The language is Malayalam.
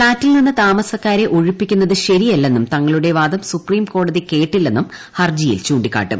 ഫ്ളാറ്റിൽ നിന്ന് താമസക്കാരെ ഒഴിപ്പിക്കുന്നത് ശരിയല്ലെന്നും തങ്ങളുടെ വാദം സുപ്രീംകോടതി കേട്ടില്ലെന്നും ഹർജ്ജിയിൽ ചൂണ്ടിക്കാട്ടും